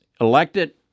elected